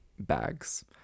bags